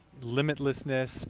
limitlessness